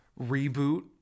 reboot